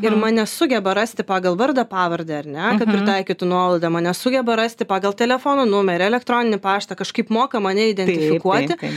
ir mane sugeba rasti pagal vardą pavardę ar ne kad pritaikytų nuolaidą mane sugeba rasti pagal telefono numerį elektroninį paštą kažkaip moka mane identifikuoti